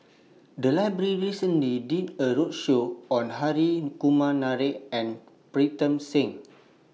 The Library recently did A roadshow on Hri Kumar Nair and Pritam Singh